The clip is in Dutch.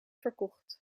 verkocht